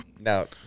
now